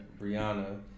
Brianna